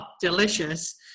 delicious